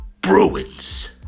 Bruins